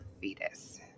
fetus